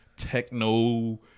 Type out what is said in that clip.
techno